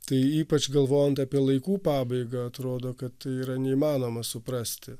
tai ypač galvojant apie laikų pabaigą atrodo kad yra neįmanoma suprasti